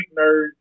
nerd